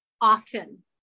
often